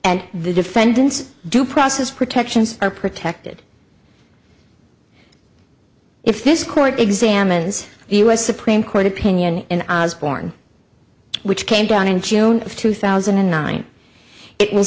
and the defendant's due process protections are protected if this court examines the u s supreme court opinion in born which came down in june of two thousand and nine it w